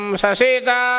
sasita